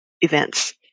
events